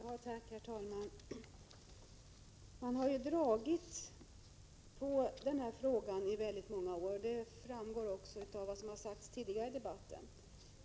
Herr talman! Regeringen har dragit på den här frågan i många år — det framgår av vad som har sagts tidigare i debatten.